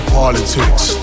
politics